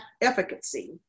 efficacy